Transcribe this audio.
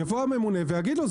יבוא הממונה ויגיד לו,